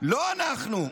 לא אנחנו,